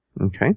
Okay